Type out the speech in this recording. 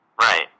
Right